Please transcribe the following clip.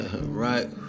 Right